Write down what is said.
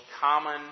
common